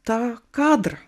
tą kadrą